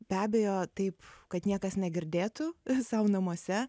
be abejo taip kad niekas negirdėtų sau namuose